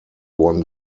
won